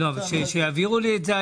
ו-6 שחלוף דירות.